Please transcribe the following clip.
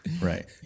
Right